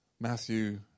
Matthew